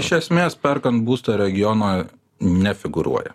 iš esmės perkant būstą regioną nefigūruoja